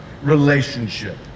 relationship